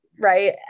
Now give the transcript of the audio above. right